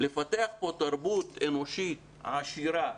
לְפתח פה תרבות אנושית, עשירה,